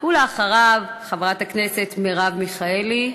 חברת הכנסת מרב מיכאלי,